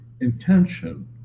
intention